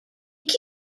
que